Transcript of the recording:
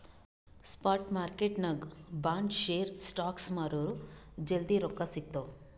spot ಮಾರ್ಕೆಟ್ನಾಗ್ bond, share, stocks ಮಾರುರ್ ಜಲ್ದಿ ರೊಕ್ಕಾ ಸಿಗ್ತಾವ್